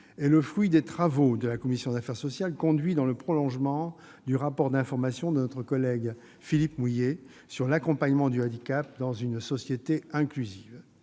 est le fruit des travaux de la commission des affaires sociales conduits dans le prolongement du rapport d'information de notre collègue Philippe Mouiller sur l'accompagnement du handicap dans une société inclusive.